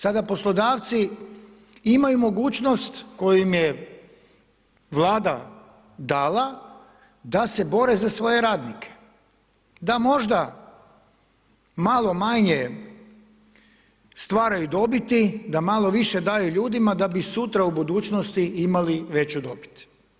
Sada poslodavci imaju mogućnost kojim je vlada dala, da se bore za svoje radnike, da možda malo manje stvaraju dobiti, da malo više daju ljudima, da bi sutra u budućnosti imali veću dobit.